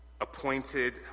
appointed